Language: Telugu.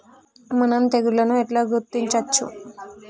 మనం తెగుళ్లను ఎట్లా గుర్తించచ్చు?